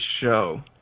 show